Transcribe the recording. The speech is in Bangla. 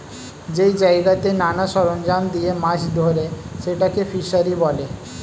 যেই জায়গাতে নানা সরঞ্জাম দিয়ে মাছ ধরে সেটাকে ফিসারী বলে